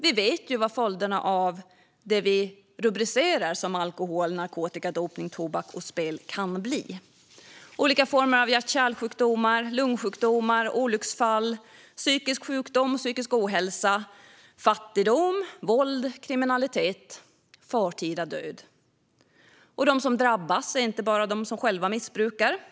Vi vet ju vad följderna av det vi rubricerar som alkohol, narkotika, dopning, tobak och spel kan bli: olika former av hjärt-kärlsjukdomar, lungsjukdomar, olycksfall, psykisk sjukdom, psykisk ohälsa, fattigdom, våld, kriminalitet och förtida död. Och de som drabbas är inte bara de som själva missbrukar.